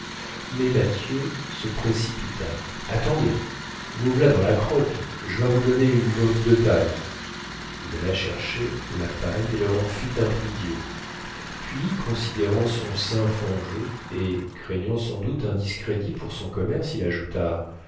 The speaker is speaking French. mais mathieu se précipita attendez vous v'là dans la crotte j'vas vous donner une botte de paille il alla chercher la paille et leur en fit un prie-dieu puis considérant son saint fangeux et craignant sans doute un discrédit pour son commerce il ajouta